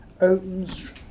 opens